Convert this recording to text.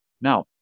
Now